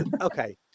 okay